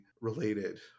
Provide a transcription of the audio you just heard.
related